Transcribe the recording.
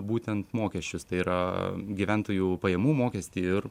būtent mokesčius tai yra gyventojų pajamų mokestį ir